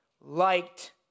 liked